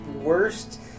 worst